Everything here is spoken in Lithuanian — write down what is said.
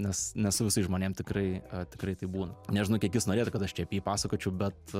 nes ne su visais žmonėm tikrai tikrai taip būna nežinau kiek jis norėtų kad aš čia apie jį pasakočiau bet